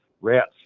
rats